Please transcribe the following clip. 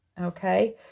okay